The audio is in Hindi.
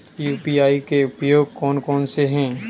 यू.पी.आई के उपयोग कौन कौन से हैं?